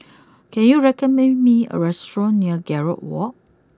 can you recommend me a restaurant near Gallop walk